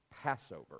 Passover